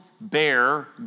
bear